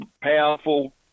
powerful